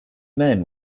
men